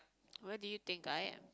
where did you think I am